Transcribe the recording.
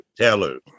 Tellers